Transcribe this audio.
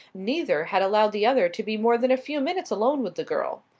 neither had allowed the other to be more than a few minutes alone with the girl.